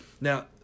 Now